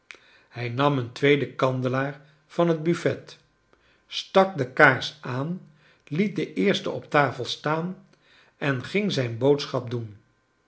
hij nam een tweeden kandelaar van het buffet stak de kaars aan liet den eersten op tafel staan en ging zijn boodschap doen